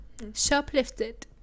Shoplifted